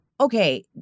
okay